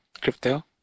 crypto